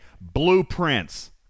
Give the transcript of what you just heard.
blueprints